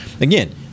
again